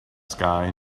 sky